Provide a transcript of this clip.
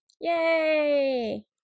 Yay